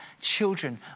children